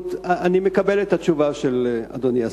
אני מקבל את התשובה של אדוני השר,